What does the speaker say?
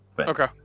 okay